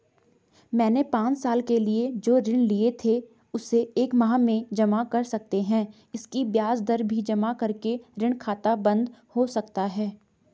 मैंने पांच साल के लिए जो ऋण लिए थे उसे एक माह में जमा कर सकते हैं इसकी ब्याज दर भी जमा करके ऋण खाता बन्द हो सकता है?